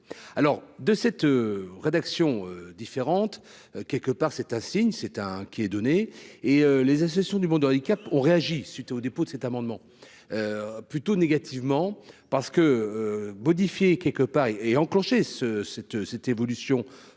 alors de cette rédaction différente, quelque part, c'est un signe, c'est un qui est donné et les associations du monde handicap ont réagi suite au dépôt de cet amendement plutôt négativement parce que modifié quelque part est enclenché ce cette cette évolution